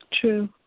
True